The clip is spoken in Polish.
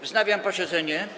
Wznawiam posiedzenie.